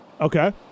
Okay